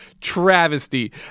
travesty